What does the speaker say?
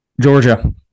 Georgia